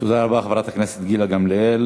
תודה רבה, חברת הכנסת גילה גמליאל.